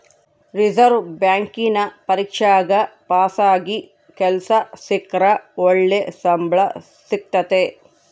reserve ಬ್ಯಾಂಕಿನ ಪರೀಕ್ಷೆಗ ಪಾಸಾಗಿ ಕೆಲ್ಸ ಸಿಕ್ರ ಒಳ್ಳೆ ಸಂಬಳ ಸಿಕ್ತತತೆ